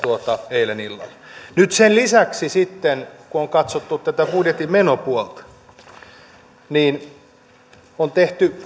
eilen illalla nyt sen lisäksi sitten kun on katsottu tätä budjetin menopuolta kelassa on tehty